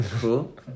cool